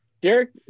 Derek